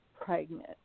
pregnant